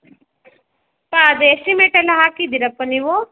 ಅಪ್ಪಾ ಅದು ಎಸ್ಟಿಮೇಟ್ ಎಲ್ಲ ಹಾಕಿದ್ದೀರಾಪ್ಪ ನೀವು